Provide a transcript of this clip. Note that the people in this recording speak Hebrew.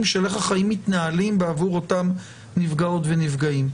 של איך החיים מתנהלים בעבור אותם נפגעות ונפגעים.